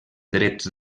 drets